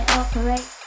operate